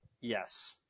yes